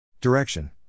direction